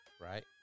Right